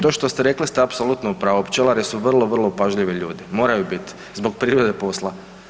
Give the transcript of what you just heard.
To što ste rekli ste apsolutno u pravu, pčelari su vrlo, vrlo pažljivi ljudi, moraju biti zbog prirode posla.